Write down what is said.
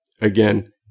again